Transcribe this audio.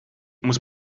muss